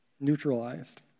neutralized